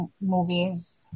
movies